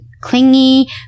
Clingy